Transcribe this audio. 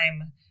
time